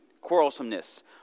quarrelsomeness